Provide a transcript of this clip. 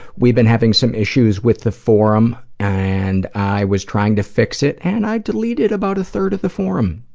we've been having some issues with the forum and i was trying to fix it and i deleted about a third of the forum.